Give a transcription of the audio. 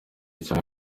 cyane